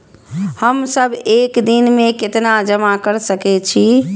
हम सब एक दिन में केतना जमा कर सके छी?